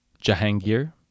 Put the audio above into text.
Jahangir